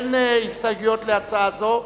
אין הסתייגויות להצעה זו.